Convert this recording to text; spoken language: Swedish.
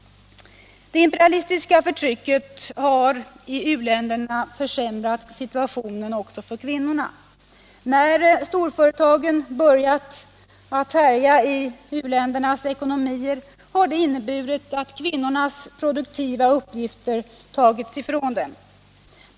Det imperialistiska förtrycket har i u-länderna försämrat situationen också för kvinnorna. När storföretagen börjat att härja i u-ländernas ekonomier har det inneburit att kvinnornas produktiva uppgifter tagits från dem.